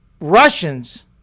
Russians